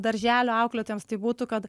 darželio auklėtojams tai būtų kad